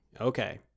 Okay